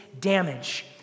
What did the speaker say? damage